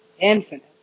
Infinite